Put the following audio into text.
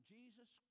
Jesus